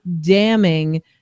damning